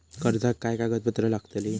कर्जाक काय कागदपत्र लागतली?